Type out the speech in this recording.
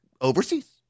overseas